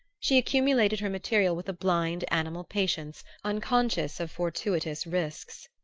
she accumulated her material with a blind animal patience unconscious of fortuitous risks.